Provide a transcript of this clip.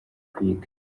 kwiga